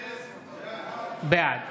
בעד